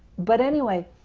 but anyway,